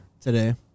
today